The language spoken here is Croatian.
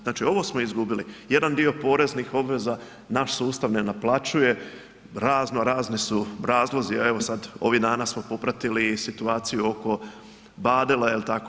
Znači, ovo smo izgubili, jedan dio poreznih obveza naš sustav ne naplaćuje, razno razni su razlozi, evo sad ovih dana smo popratili i situaciju oko Badela, jel tako?